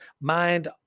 mind